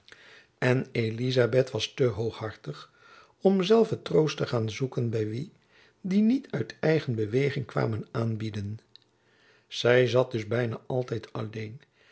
en elizabeth was te hooghartig om zelve troost te gaan zoeken by wie dien niet uit eigen beweging kwamen aanbieden zy zat dus byna altijd alleen